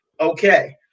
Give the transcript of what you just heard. Okay